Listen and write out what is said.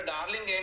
Darling